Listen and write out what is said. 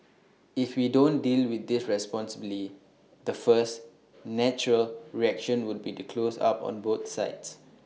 if we don't deal with this responsibly the first natural reaction will be to close up on both sides